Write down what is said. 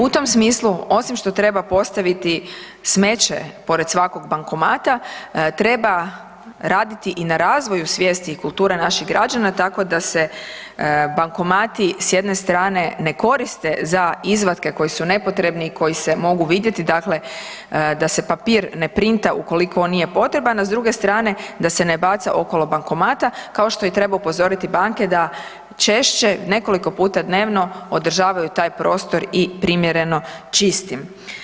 U tom smislu osim što treba postaviti smeće pored svakog bankomata, treba raditi i na razvoju svijesti i kulture naših građana tako da se bankomati s jedne strane ne koriste za izvatke koji su nepotrebni i koji se mogu vidjeti, dakle da se papir ne printa ukoliko on nije potreban, a s druge strane da se ne baca okolo bankomata kao što i treba upozoriti i banke da češće, nekoliko puta dnevno, održavaju taj prostor i primjereno čistim.